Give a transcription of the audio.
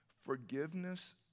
Forgiveness